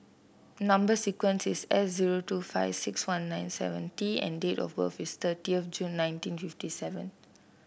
number sequence is S zero two five six one nine seven T and date of birth is thirtieth of June nineteen fifty seven